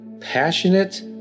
passionate